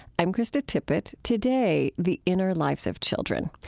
i'm krista tippett. today, the inner lives of children.